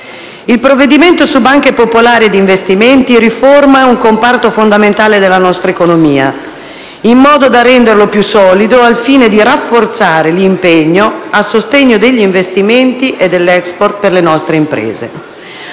Il provvedimento sulle banche popolari e gli investimenti riforma un comparto fondamentale della nostra economia, in modo da renderlo più solido al fine di rafforzare l'impegno a sostegno degli investimenti e dell'*export* per le nostre imprese.